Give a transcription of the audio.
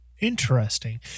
Interesting